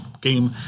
game